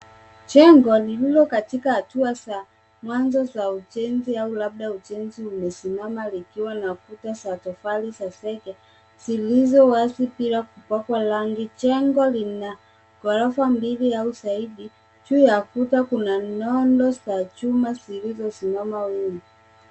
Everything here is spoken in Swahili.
Jengo lililo katika hatua za mwanzo za ujenzi au labda ujenzi, umesimama likiwa na kuta za tofali za zege zilizo wazi bila kupakwa rangi. Jengo lina ghorofa mbili au zaidi, juu ya ukuta kuna nondo za chuma zilizosimama wima.